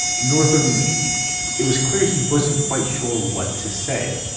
northam it was clear he wasn't quite sure what to say.